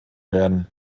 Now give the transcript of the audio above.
werden